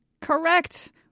Correct